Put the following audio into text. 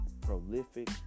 prolific